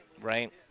right